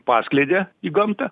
paskleidė į gamtą